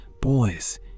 boys